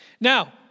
Now